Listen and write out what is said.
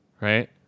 right